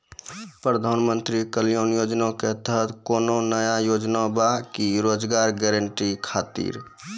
प्रधानमंत्री कल्याण योजना के तहत कोनो नया योजना बा का रोजगार गारंटी खातिर?